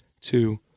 two